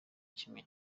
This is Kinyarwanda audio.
kimwe